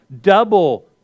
Double